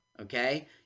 okay